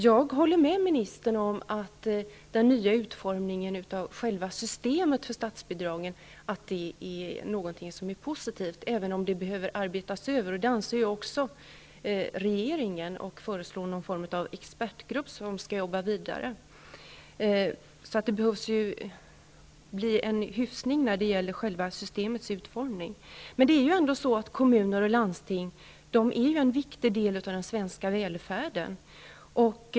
Jag håller med ministern om att den nya utformningen av själva systemet för statsbidragen är någonting positivt, även om det behöver ses över. Det anser ju också regeringen och föreslår någon form av expertgrupp som skall jobba vidare. Det behövs alltså en hyfsning av systemets utformning. Men kommuner och landsting är ju en viktig del av den svenska välfärden.